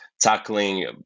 tackling